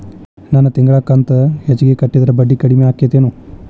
ನನ್ ತಿಂಗಳ ಕಂತ ಹೆಚ್ಚಿಗೆ ಕಟ್ಟಿದ್ರ ಬಡ್ಡಿ ಕಡಿಮಿ ಆಕ್ಕೆತೇನು?